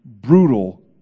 brutal